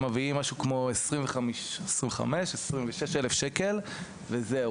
הם מביאים משהו כמו 25 או 26 אלף שקלים וזהו.